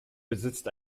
besitzt